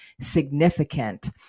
significant